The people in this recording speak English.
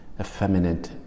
effeminate